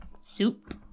soup